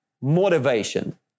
motivation